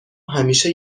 همیشه